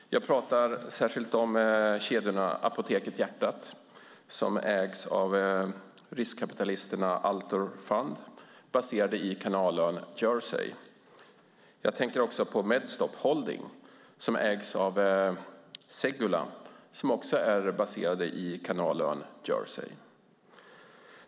Jag pratar särskilt om kedjan Apotek Hjärtat, som ägs av riskkapitalisterna Altor Fund, baserade på kanalön Jersey. Jag tänker också på Medstop Holding, som ägs av Segulah, som också är baserad på kanalön Jersey.